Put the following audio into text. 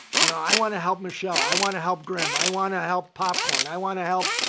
you know, i want to help michelle, i want to help graham, i want to help popcorn, i want to help,